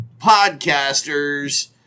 podcasters